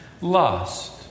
lust